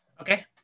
Okay